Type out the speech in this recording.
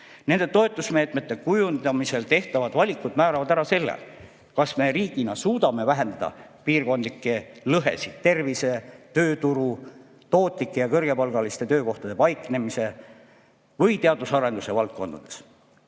Nende toetusmeetmete kujundamisel tehtavad valikud määravad ära selle, kas me riigina suudame vähendada piirkondlikke lõhesid tervise, tööturu, tootlike ja kõrgepalgaliste töökohtade paiknemise või teadusarenduse valdkonnas.